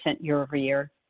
year-over-year